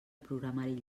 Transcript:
programari